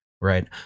right